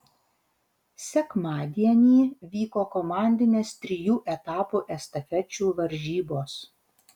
sekmadienį vyko komandinės trijų etapų estafečių varžybos